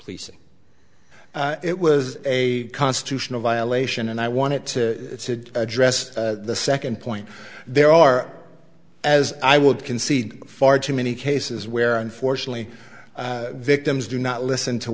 policing it was a constitutional violation and i wanted to address the second point there are as i would concede far too many cases where unfortunately victims do not listen to